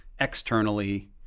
externally